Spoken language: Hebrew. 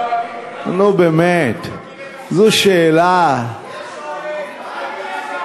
נו באמת, אתה לא מכיר את המשחק הפוליטי, זו שאלה?